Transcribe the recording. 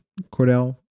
Cordell